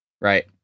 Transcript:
Right